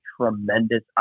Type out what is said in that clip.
tremendous